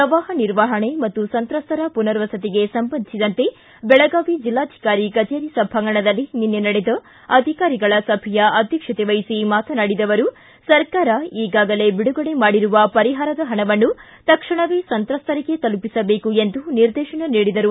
ಪ್ರವಾಹ ನಿರ್ವಹಣೆ ಮತ್ತು ಸಂತ್ರಸ್ತರ ಪುನರ್ವಸತಿಗೆ ಸಂಬಂಧಿಸಿದಂತೆ ಬೆಳಗಾವಿ ಬೆಲ್ಲಾಧಿಕಾರಿ ಕಚೇರಿ ಸಭಾಂಗಣದಲ್ಲಿ ನಿನ್ನೆ ನಡೆದ ಅಧಿಕಾರಿಗಳ ಸಭೆಯ ಅಧ್ಯಕ್ಷತೆ ವಹಿಸಿ ಮಾತನಾಡಿದ ಅವರು ಸರ್ಕಾರ ಈಗಾಗಲೇ ಬಿಡುಗಡೆ ಮಾಡಿರುವ ಪರಿಹಾರದ ಹಣವನ್ನು ತಕ್ಷಣವೇ ಸಂತ್ರಸ್ತರಿಗೆ ತಲುಪಿಸಬೇಕು ಎಂದು ನಿರ್ದೇಶನ ನೀಡಿದರು